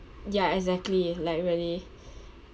ya exactly like really